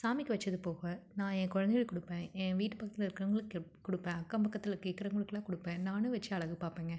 சாமிக்கு வச்சது போக நான் என் குழந்தைகளுக்குக் கொடுப்பேன் என் வீட்டுப் பக்கத்தில் இருக்கறவங்களுக்குக் குடுப் கொடுப்பேன் அக்கம்பக்கத்தில் கேட்குறவங்களுக்கெல்லாம் கொடுப்பேன் நானும் வச்சு அழகு பார்ப்பேங்க